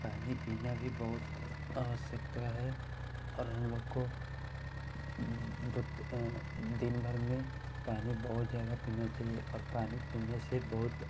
पानी पीना भी बहुत आवश्यकता है और हमलोग को दिनभर में पानी बहुत ज़्यादा पीना चाहिए और पानी पीने से बहुत